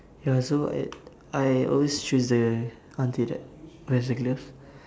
ya so I I always choose the auntie that wears the glove